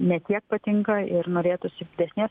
ne tiek patinka ir norėtųsi didesnės